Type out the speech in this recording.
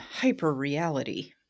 hyperreality